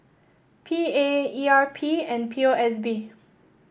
P A E R P and P O S B